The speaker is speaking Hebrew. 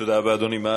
תודה רבה, אדוני.